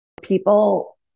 people